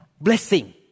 blessing